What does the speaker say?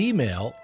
Email